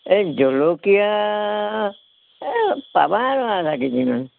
এই জলকীয়া এই পাবা আৰু আধা কেজিমান